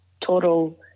total